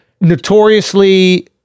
Notoriously